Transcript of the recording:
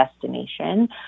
destination